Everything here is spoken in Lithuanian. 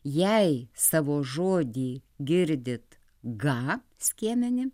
jei savo žodį girdit gą skiemenį